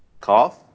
cough